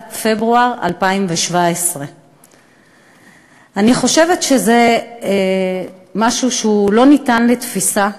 פברואר 2017. אני חושבת שזה משהו שלא ניתן לתפיסה,